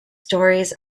stories